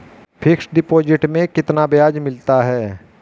Fix deposit में कितना ब्याज मिलता है?